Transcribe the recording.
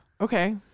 Okay